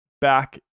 back